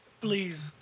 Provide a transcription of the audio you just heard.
Please